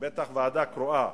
בטח ועדה קרואה.